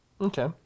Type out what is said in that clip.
Okay